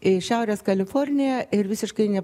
į šiaurės kaliforniją ir visiškai ne